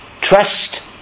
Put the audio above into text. trust